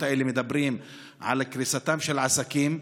האלה מדברים על קריסתם של עסקים,